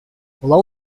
low